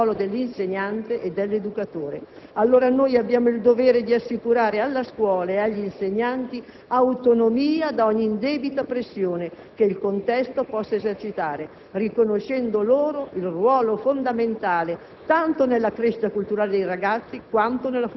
non sempre operi per valorizzare il ruolo dell'insegnante e dell'educatore. Allora noi abbiamo il dovere di assicurare alla scuola ed agli insegnanti autonomia da ogni indebita pressione che il contesto possa esercitare, riconoscendo loro il ruolo fondamentale,